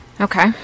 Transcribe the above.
okay